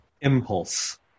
Impulse